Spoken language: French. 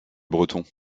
breton